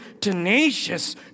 tenacious